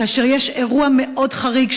כאשר יש אירוע מאוד חריג,